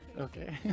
Okay